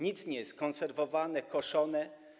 Nic nie jest konserwowane, koszone.